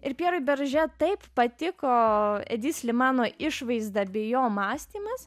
ir pjerui beržė taip patiko edi slimano išvaizda bei jo mąstymas